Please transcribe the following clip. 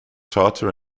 charter